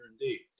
indeed